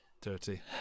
Dirty